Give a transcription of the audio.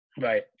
right